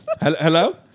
Hello